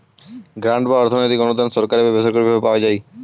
grant বা অর্থনৈতিক অনুদান সরকারি বা বেসরকারি ভাবে পাওয়া যায়